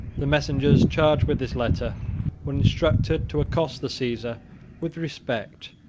the messengers charged with this letter were instructed to accost the caesar with respect,